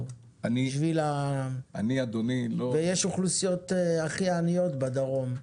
ויש אוכלוסיות הכי עניות בדרום,